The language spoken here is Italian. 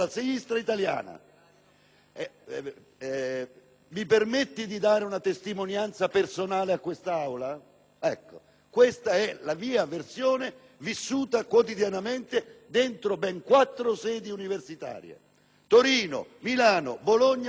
mi permette di dare una testimonianza personale all'Aula? Questa è la mia versione, vissuta quotidianamente all'interno di ben quattro sedi universitarie: Torino, Milano, Bologna e "La Sapienza" di Roma.